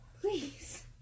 Please